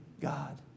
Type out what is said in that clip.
God